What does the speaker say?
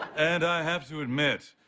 and i have to admit,